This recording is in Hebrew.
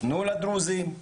תנו לדרוזים,